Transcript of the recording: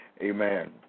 Amen